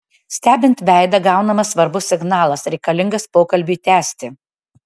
stebint veidą gaunamas svarbus signalas reikalingas pokalbiui tęsti